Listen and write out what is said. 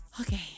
Okay